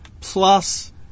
plus